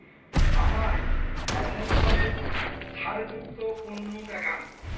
আমায় অ্যাসেনশনের ছাড় যুক্ত পণ্য দেখান